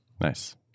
nice